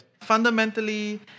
Fundamentally